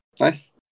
Nice